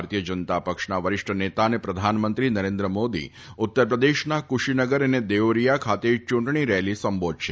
ભારતીય જનતા પક્ષના વરિષ્ઠ નેતા અને પ્રધાનમંત્રી નરેન્દ્ર મોદી ઉત્તર પ્રદેશના કુશીનગર અને દેઓરીયા ખાતે ચૂંટણી રેલી સંબોધશે